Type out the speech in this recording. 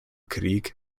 krieg